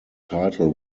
title